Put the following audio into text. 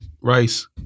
rice